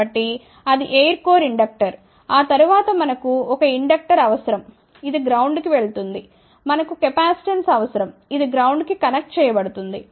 కాబట్టి అది air core inductor ఆ తరువాత మనకు ఒక ఇండక్టర్ అవసరం ఇది గ్రౌండ్ కి వెళుతుంది మనకు కెపాసిటెన్స్ అవసరం ఇది గ్రౌండ్ కి కనెక్ట్ చేయబడివుంది